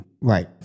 Right